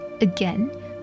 Again